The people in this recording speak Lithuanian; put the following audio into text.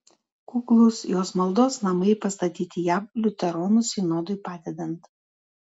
kuklūs jos maldos namai pastatyti jav liuteronų sinodui padedant